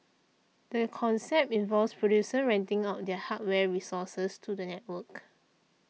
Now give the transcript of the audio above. the concept involves producers renting out their hardware resources to the network